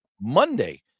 Monday